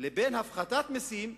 לבין הפחתת מסים,